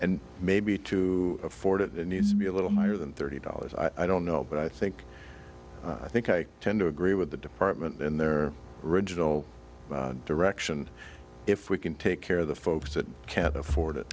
and maybe to afford it needs to be a little higher than thirty dollars i don't know but i think i think i tend to agree with the department and their original direction if we can take care of the folks that can't afford it